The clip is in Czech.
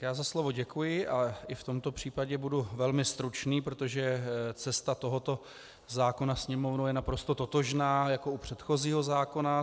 Já za slovo děkuji a i v tomto případě budu velmi stručný, protože cesta tohoto zákona Sněmovnou je naprosto totožná jako u předchozího zákona.